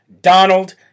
Donald